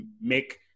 make